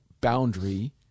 boundary